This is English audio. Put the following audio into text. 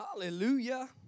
Hallelujah